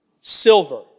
silver